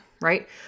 right